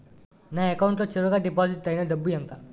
నా అకౌంట్ లో చివరిగా డిపాజిట్ ఐనా డబ్బు ఎంత?